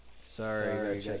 Sorry